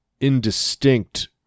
indistinct